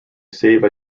save